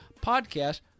podcast